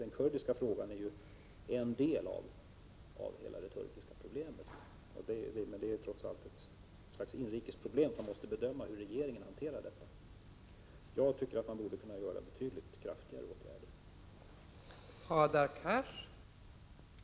Den kurdiska frågan utgör ju en del av hela det turkiska problemet. Men det är trots allt ett inrikespolitiskt problem. Medborgarna måste själva bedöma hur regeringen hanterar detta. Jag tycker alltså att betydligt kraftigare åtgärder borde kunna vidtas.